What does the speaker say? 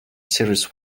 series